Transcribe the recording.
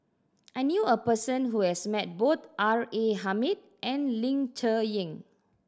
I knew a person who has met both R A Hamid and Ling Cher Eng